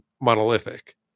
monolithic